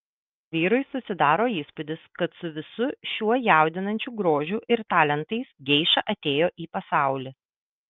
vyrui susidaro įspūdis kad su visu šiuo jaudinančiu grožiu ir talentais geiša atėjo į pasaulį